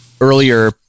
earlier